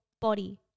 body